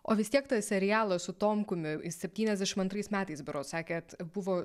o vis tiek tą serialą su tomkumi į septyniasdešimt antrais metais berods sakėt buvo